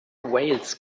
wales